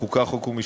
חוקה, חוק ומשפט?